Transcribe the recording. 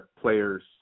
players